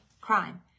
crime